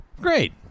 Great